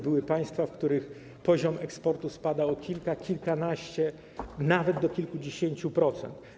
Były państwa, w których poziom eksportu spadał o kilka, kilkanaście, nawet do kilkudziesięciu, procent.